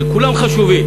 שכולם חשובים,